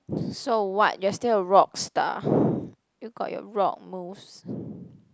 so what you're still a rock star you got your rock moves